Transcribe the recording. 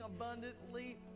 abundantly